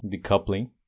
decoupling